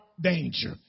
danger